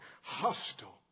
hostile